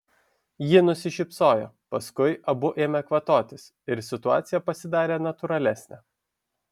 ji nusišypsojo paskui abu ėmė kvatotis ir situacija pasidarė natūralesnė